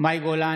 מאי גולן,